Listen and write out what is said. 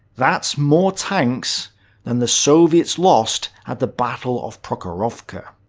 that's more tanks than the soviets lost at the battle of prokhorovka.